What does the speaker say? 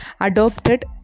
adopted